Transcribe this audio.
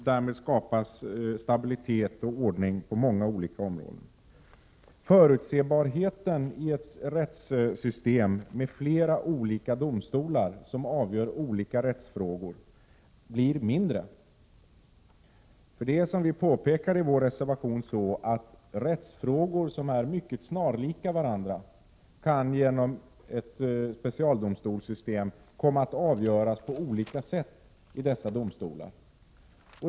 Därmed skapas stabilitet och ordning på många olika områden. Förutsebarheten blir mindre i ett rättssystem med flera olika domstolar som avgör olika rättsfrågor. Det är som vi påpekar i vår reservation så, att rättsfrågor som är mycket snarlika varandra kan komma att avgöras på olika sätt i olika specialdomstolar.